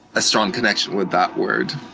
a strong connection with that word.